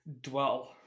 dwell